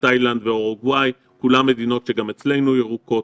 תאילנד ואורוגוואי כולן מדינות שגם אצלנו הן ירוקות.